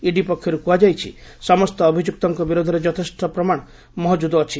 ED ପକ୍ଷରୁ କୁହାଯାଇଛି ସମସ୍ତ ଅଭିଯୁକ୍ତଙ୍କ ବିରୋଧରେ ଯଥେଷ୍ଟ ପ୍ରମାଣ ମହଜୁଦ୍ ଅଛି